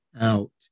out